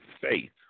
faith